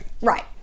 Right